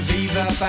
Viva